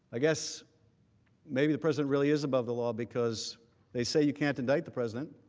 i guess maybe the president really is above the law because they say you can't indict the president.